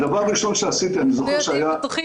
הדבר הראשון שעשיתי --- בטוחים.